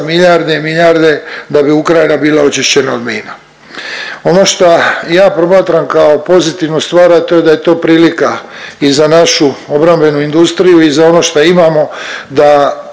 milijardi i milijarde da bi Ukrajina bila očišćena od mina. Ono šta ja promatram kao pozitivnu stvar, a to je da je to prilika i za našu obrambenu industriju i za ono šta imamo da